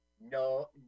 no